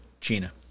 Gina